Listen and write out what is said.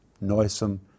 noisome